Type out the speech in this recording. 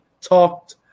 talked –